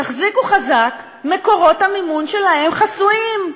תחזיקו חזק, מקורות המימון שלהם חסויים.